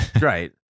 Right